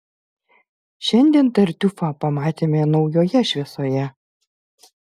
šiandien tartiufą pamatėme naujoje šviesoje